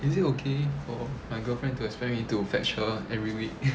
is it okay for my girlfriend to expect me to fetch her every week